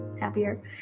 happier